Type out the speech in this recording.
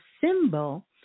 symbol